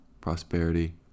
prosperity